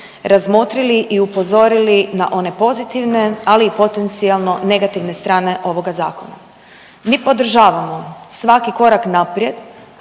razmotrili i upozorili na one pozitivne, ali i potencijalno negativne strane ovoga zakona. Mi podržavamo svaki korak naprijed